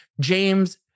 James